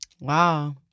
Wow